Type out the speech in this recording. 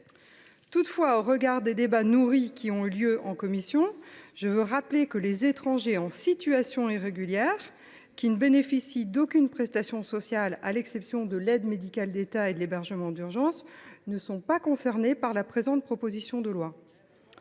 Toutefois, au regard des débats nourris qui ont eu lieu en commission, je veux rappeler que les étrangers en situation irrégulière, qui ne bénéficient d’aucune prestation sociale à l’exception de l’aide médicale de l’État et de l’hébergement d’urgence, ne sont pas concernés par la présente proposition de loi.